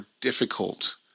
difficult